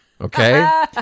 Okay